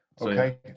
Okay